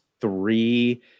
three